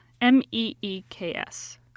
M-E-E-K-S